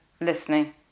listening